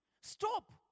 Stop